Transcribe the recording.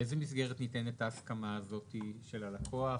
באיזו מסגרת ניתנת ההסכמה הזאת של הלקוח,